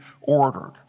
ordered